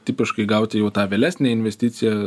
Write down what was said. tipiškai gauti jau tą vėlesnę investiciją